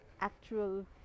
actual